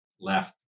left